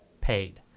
paid